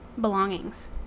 belongings